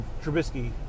Trubisky